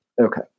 Okay